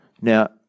Now